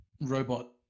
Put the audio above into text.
Robot